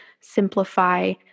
simplify